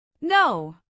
No